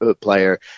player